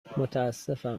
متأسفم